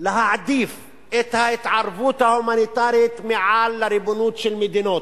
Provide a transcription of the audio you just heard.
להעדיף את ההתערבות ההומניטרית על ריבונות של מדינות,